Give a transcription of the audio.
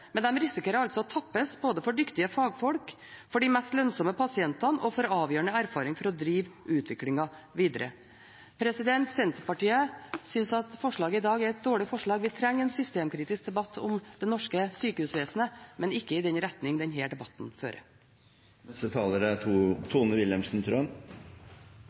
men de risikerer altså å tappes både for dyktige fagfolk, for de mest lønnsomme pasientene og for avgjørende erfaring for å drive utviklingen videre. Senterpartiet synes at forslaget i dag er et dårlig forslag. Vi trenger en systemkritisk debatt om det norske sykehusvesenet, men ikke i den retning denne debatten fører. Dette er